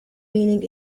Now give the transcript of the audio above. meaning